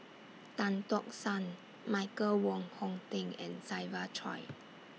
Tan Tock San Michael Wong Hong Teng and Siva Choy